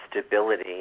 stability